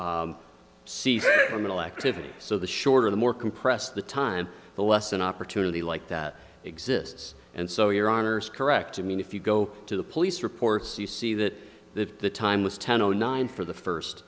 the middle activity so the shorter the more compressed the time the less an opportunity like that exists and so your honour's correct i mean if you go to the police reports you see that the the time was ten o nine for the